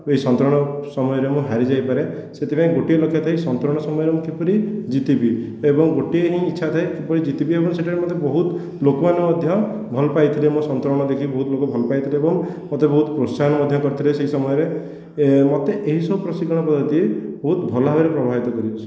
ଏହି ସନ୍ତରଣ ସମୟରେ ମୁଁ ହାରିଯାଇପାରେ ସେଥିପାଇଁ ଗୋଟି ଲକ୍ଷ ଥାଏକି ସନ୍ତରଣ ସମୟରେ ମୁଁ କିପରି ଯିତିବି ଏବଂ ଗୋଟିଏ ହିଁ ଇଚ୍ଛା ଥାଏ କିପରି ଯିତିବି ଏବଂ ସେଠାରେ ମୋତେ ବହୁତ ଲୋକମାନେ ମଧ୍ୟ ଭଲ ପାଇଥିଲେ ମୋ ସନ୍ତରଣ ଦେଖି ବହୁତ ଲୋକ ଭଲ ପାଇଥିଲେ ଏବଂ ମତେ ବହୁତ ପ୍ରୋତ୍ସାହନ ମଧ୍ୟ କରିଥିଲେ ସେହି ସମୟରେ ମୋତେ ଏହିସବୁ ପ୍ରଶିକ୍ଷଣ ପଦ୍ଧତି ବହୁତ ଭଲ ଭାବରେ ପ୍ରଭାବିତ କରିଅଛି